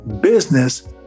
Business